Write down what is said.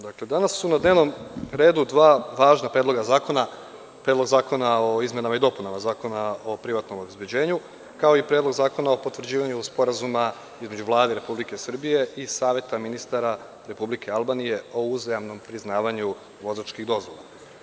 Dakle, danas su na dnevnom redu dva važna predloga zakona, Predlog zakona o izmenama i dopunama Zakona o privatnom obezbeđenju, kao i Predlog zakona o potvrđivanju Sporazuma između Vlade Republike Srbije i Saveta ministara Republike Albanije o uzajamnom priznavanju vozačkih dozvola.